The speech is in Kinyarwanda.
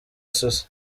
susa